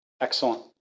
Excellent